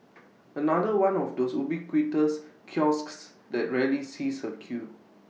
another one of those ubiquitous kiosks that rarely sees A queue